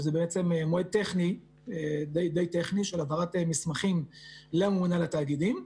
שזה בעצם מועד די טכני של העברת מסמכים לממונה על התאגידים,